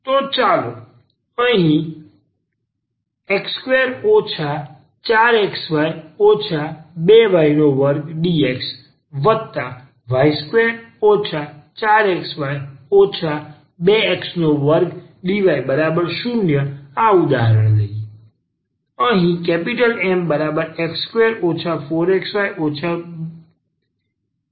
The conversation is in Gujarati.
તો ચાલો આપણે અહીં x2 4xy 2y2dxy2 4xy 2x2dy0આ ઉદાહરણ લઈએ